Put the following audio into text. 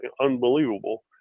unbelievable